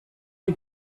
die